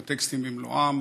את הטקסטים במלואם,